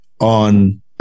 on